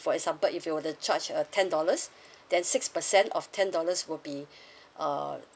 for example if you were to charge a ten dollars then six percent of ten dollars will be uh